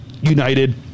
United